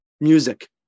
music